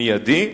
מיידי.